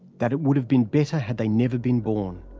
that it would have been better had they never been born?